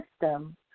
system